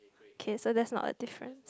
K so that's not a different